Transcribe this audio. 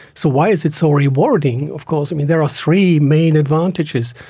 so why is it so rewarding? of course there are three main advantages.